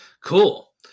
Cool